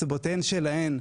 מסיבותיהן שלהן,